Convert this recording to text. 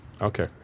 Okay